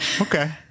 Okay